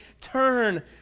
turn